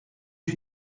you